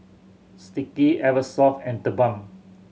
Sticky Eversoft and TheBalm